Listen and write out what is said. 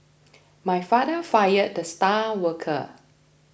my father fired the star worker